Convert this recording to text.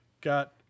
got